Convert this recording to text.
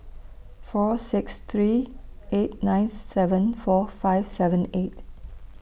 four six three eight nine seven four five seven eight